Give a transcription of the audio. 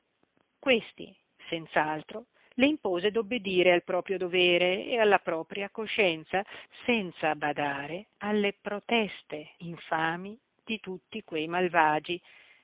questi senz'altro le impose d'obbedire al proprio dovere e alla propria coscienza senza badare alle proteste infami di tutti quei malvagi